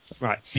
right